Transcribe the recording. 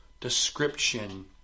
description